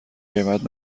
غیبت